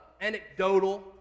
anecdotal